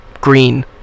Green